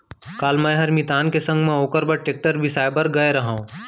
काल मैंहर मितान के संग म ओकर बर टेक्टर बिसाए बर गए रहव